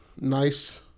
Nice